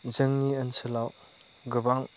जोंनि ओनसोलाव गोबां